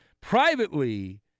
Privately